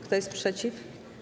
Kto jest przeciw?